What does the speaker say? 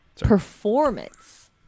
performance